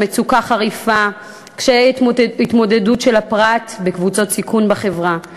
מצוקה חריפה וקשיי התמודדות של הפרט בקבוצות סיכון בחברה.